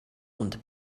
und